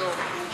טוב.